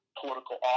political